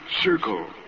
circle